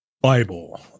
Bible